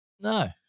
No